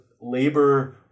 Labor